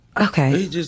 Okay